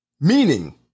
Meaning